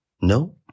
No